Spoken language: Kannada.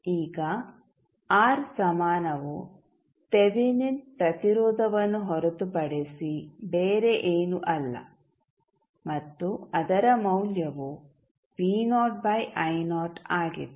ಈಗ R ಸಮಾನವು ತೆವೆನಿನ್ ಪ್ರತಿರೋಧವನ್ನು ಹೊರತುಪಡಿಸಿ ಬೇರೆ ಏನೂ ಅಲ್ಲ ಮತ್ತು ಅದರ ಮೌಲ್ಯವು ಆಗಿದೆ